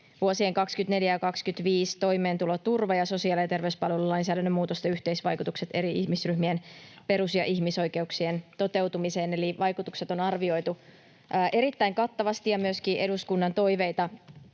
vuosien 24—25 toimeentuloturva- ja sosiaali- ja terveyspalvelulainsäädännön muutosten yhteisvaikutukset eri ihmisryhmien perus- ja ihmisoikeuksien toteutumiseen. Eli vaikutukset on arvioitu erittäin kattavasti ja myöskin eduskunnan toiveita